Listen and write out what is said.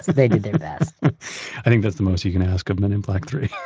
so they did their best i think that's the most you can ask of men in black three